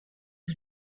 who